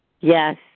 Yes